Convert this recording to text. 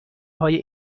های